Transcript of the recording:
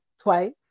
twice